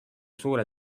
suure